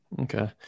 Okay